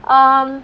um